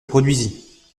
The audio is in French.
produisit